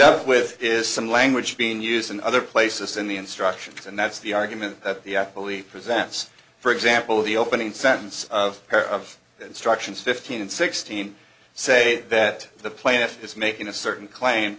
up with is some language being used in other places in the instruction and that's the argument that the i believe presents for example the opening sentence of a pair of instructions fifteen and sixteen say that the plaintiff is making a certain claim